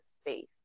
space